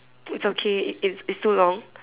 put some J it's it's too long